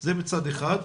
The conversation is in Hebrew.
זה מצד אחד,